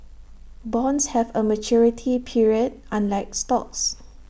bonds have A maturity period unlike stocks